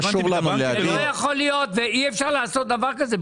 לא יכול להיות ואי אפשר לעשות דבר כזה,